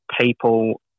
people